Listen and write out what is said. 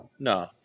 No